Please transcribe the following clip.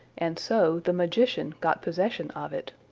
and so the magician got possession of it.